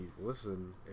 listen